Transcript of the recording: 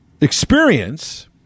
experience